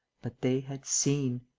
but they had seen!